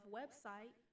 website